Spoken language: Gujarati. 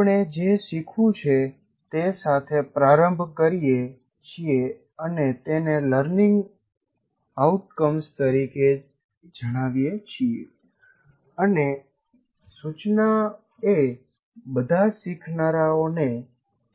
આપણે જે શીખવું છે તે સાથે પ્રારંભ કરીએ છીએ અને તેને લર્નિંગ આઉટકમ્સ તરીકે જણાવીએ છીએ અને સૂચનાએ બધા શીખનારાઓને